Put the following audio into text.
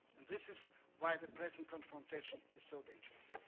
and this is why the present confrontation is so dangerous.